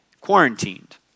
quarantined